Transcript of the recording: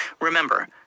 Remember